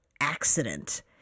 accident